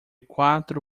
quatro